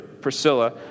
Priscilla